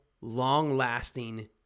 long-lasting